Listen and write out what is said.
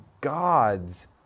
God's